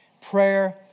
prayer